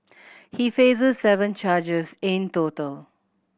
he faces seven charges in total